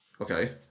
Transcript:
Okay